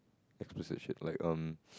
explicit shit like um